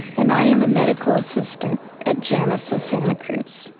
and i am a medical assistant at janus of santa cruz.